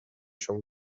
شما